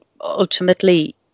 ultimately